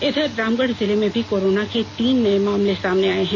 इधर रामगढ़ जिले में भी कोरोना के तीन नए मामले सामने आए हैं